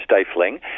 stifling